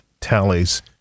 tallies